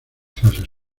clases